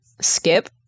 skip